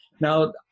Now